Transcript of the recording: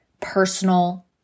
personal